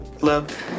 Love